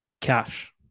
Cash